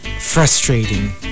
frustrating